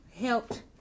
helped